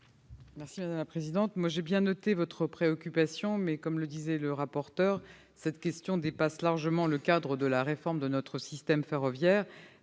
? Madame la sénatrice, j'ai bien noté votre préoccupation, mais, comme vient de le dire M. le rapporteur, cette question dépasse largement le cadre de la réforme de notre système ferroviaire.